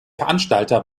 veranstalter